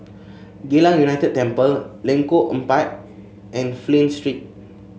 Geylang United Temple Lengkok Empat and Flint Street